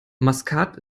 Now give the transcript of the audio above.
maskat